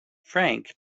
frank